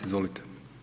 Izvolite.